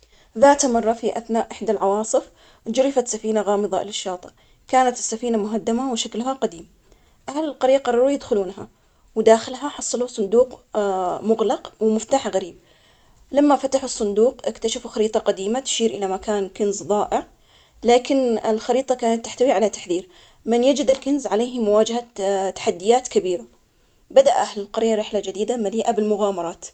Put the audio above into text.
مرة هبت إحدى العواصف وجرفت سفينة غامضة للشاطئ, تجمع كل الناس حولها لكن شب فضولي قرر انه يستكشف السفينة, ولاقى فيها كنوز وخرائط قديمة, لكن في كائن غامض كان يحرس هذا الكنز, شجاعته خلته يواجه الكائن, واكتشف إن هو يحمي أسرار البحر, عرض عليه هذا الشاب الصداقة, و وافق الكائن وبدأوا رحلة مغامرات جديدة سوياً.